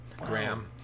graham